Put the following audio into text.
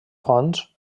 fonts